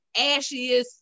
ashiest